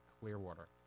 Clearwater